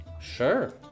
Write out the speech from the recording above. sure